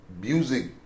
music